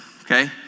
okay